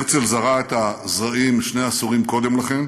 הרצל זרע את הזרעים שני עשורים קודם לכן,